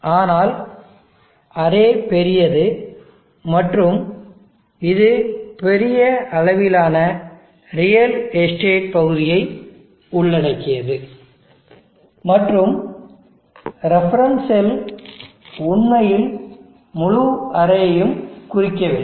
ஆனால் அரே பெரியது மற்றும் இது ஒரு பெரிய அளவிலான ரியல் எஸ்டேட் பகுதியை உள்ளடக்கியது மற்றும் ரெஃபரன்ஸ் செல் உண்மையில் முழு அரேயையும் குறிக்கவில்லை